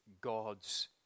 God's